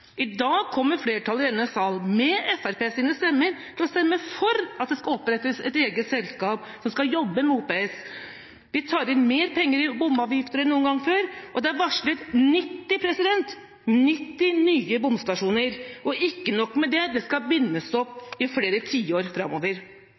I dag kommer flertallet i denne sal – med Fremskrittspartiets stemmer – til å stemme for at det skal opprettes et eget selskap som skal jobbe med OPS. Vi tar inn mer penger i bomavgifter enn noen gang før, og det er varslet 90 – nitti – nye bomstasjoner, og ikke nok med det, det skal bindes opp i flere tiår framover.